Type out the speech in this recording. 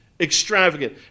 Extravagant